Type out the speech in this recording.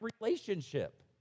relationship